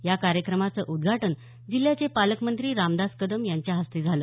या कार्यक्रमाचं उद्घाटन जिल्ह्याचे पालकमंत्री रामदास कदम यांच्या हस्ते झालं